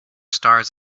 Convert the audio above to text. stars